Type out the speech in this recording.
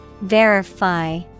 Verify